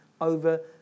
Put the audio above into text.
over